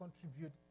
contribute